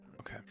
Okay